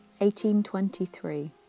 1823